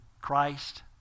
Christ